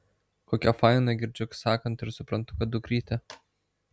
kokia faina girdžiu sakant ir suprantu kad dukrytė